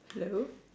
hello